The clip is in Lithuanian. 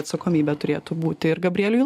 atsakomybė turėtų būti ir gabrieliui